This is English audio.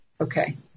Okay